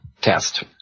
test